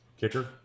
kicker